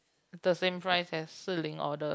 the same price as Shihlin or the